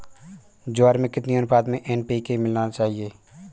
ज्वार में कितनी अनुपात में एन.पी.के मिलाना चाहिए?